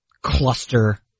cluster